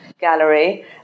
gallery